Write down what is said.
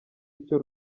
icyo